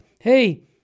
hey